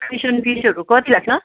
admission फिसहरू कति लाग्छ